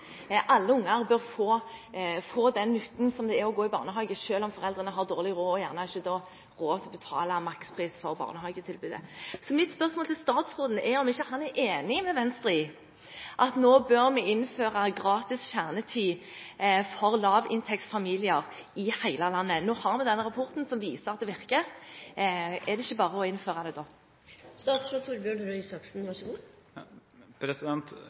har dårlig råd og ikke har råd til å betale makspris for barnehagetilbudet. Mitt spørsmål til statsråden er om han ikke er enig med Venstre i at vi nå bør innføre gratis kjernetid for lavinntektsfamilier i hele landet. Nå har vi denne rapporten som viser at det virker. Er det ikke da bare å innføre det?